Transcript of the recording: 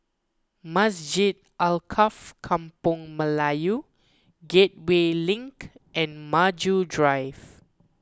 Masjid Alkaff Kampung Melayu Gateway Link and Maju Drive